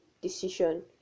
decision